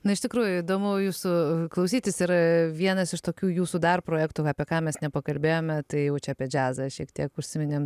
na iš tikrųjų įdomu jūsų klausytis ir vienas iš tokių jūsų dar projektų apie ką mes nepakalbėjome tai jau čia apie džiazą šiek tiek užsiminėm